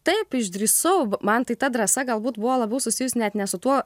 taip išdrįsau man tai ta drąsa galbūt buvo labiau susijus net ne su tuo